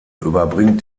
überbringt